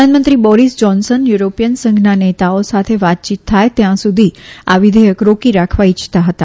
પ્રધાનમંત્રી Boris Johnson European સંઘના નેતાઓ સાથે વાતચીત થાય ત્યાં સુધી આ વિઘેયક રોકી રાખવા ઈચ્છતા હતા